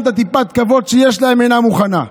את טיפת הכבוד שיש להם אינה מוכנה לתת.